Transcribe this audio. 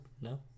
no